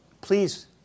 Please